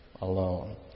alone